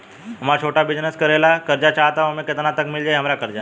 हमरा छोटा बिजनेस करे ला कर्जा चाहि त ओमे केतना तक मिल जायी हमरा कर्जा?